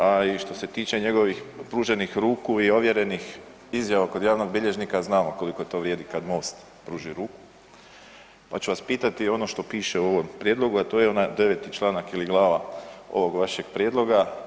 A i što se tiče njegovih pruženih ruku i ovjerenih izjava kod javnog bilježnika znamo koliko to vrijedi kad MOST pruži ruku, pa ću vas pitati ono što piše u ovom prijedlogu, a to je onaj 9. članak ili glava ovog vašeg prijedloga.